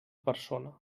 persona